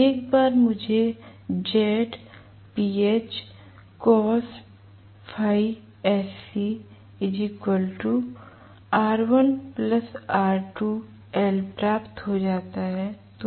एक बार मुझे प्राप्त हो जाता है तो